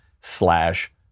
slash